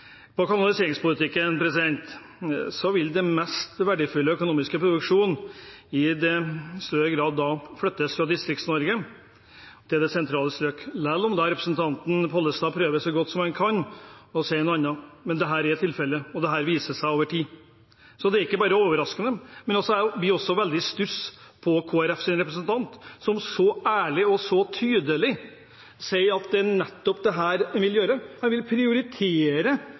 større grad flyttes fra Distrikts-Norge til sentrale strøk, selv om representanten Pollestad prøver så godt han kan å si noe annet. Dette er tilfellet, og det viser seg over tid. Det er ikke bare overraskende, men jeg kommer også veldig i stuss når Kristelig Folkepartis representant så ærlig og tydelig sier at det er nettopp dette hun vil gjøre. En vil prioritere